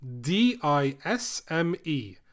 D-I-S-M-E